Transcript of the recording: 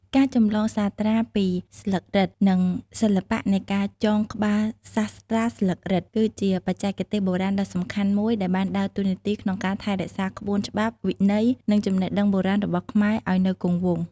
ការចម្លងសាត្រាពីស្លឹករឹត និងសិល្បៈនៃការចងក្បាលសាស្រ្តាស្លឹករឹត គឺជាបច្ចេកទេសបុរាណដ៏សំខាន់មួយដែលបានដើរតួនាទីក្នុងការថែរក្សាក្បួនច្បាប់ វិន័យ និងចំណេះដឹងបុរាណរបស់ខ្មែរឲ្យនៅគង់វង្ស។